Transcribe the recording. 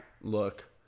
look